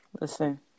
listen